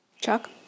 Chuck